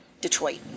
Detroit